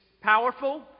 powerful